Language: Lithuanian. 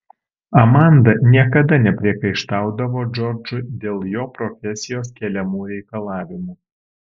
amanda niekada nepriekaištaudavo džordžui dėl jo profesijos keliamų reikalavimų